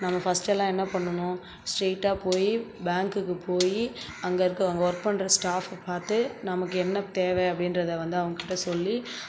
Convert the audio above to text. நம்ம ஃபஸ்ட்யெல்லாம் என்ன பண்ணினோம் ஸ்டெயிட்டாக போய் பேங்குக்கு போய் அங்கே இருக்க அங்கே ஒர்க் பண்ணுற ஸ்டாஃப்பை பார்த்து நமக்கு என்ன தேவை அப்படின்றத வந்து அவங்ககிட்டே சொல்லி